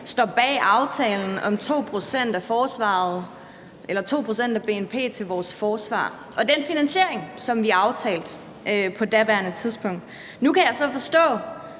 står bag aftalen om at bruge 2 pct. af bnp til vores forsvar og den finansiering, som vi aftalte på daværende tidspunkt. Nu kan jeg så forstå,